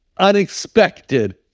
unexpected